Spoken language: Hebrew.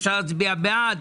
אפשר להצביע בעד,